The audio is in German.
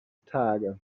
tage